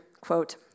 quote